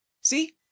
See